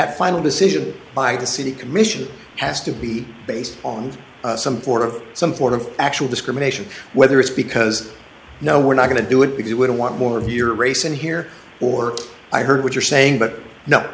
that final decision by the city commission has to be based on some sort of some form of actual discrimination whether it's because i know we're not going to do it because it would want more of your race and here or i heard what you're saying but no